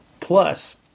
Plus